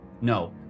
no